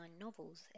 novels